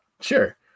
Sure